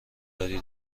داری